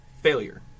Failure